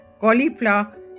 cauliflower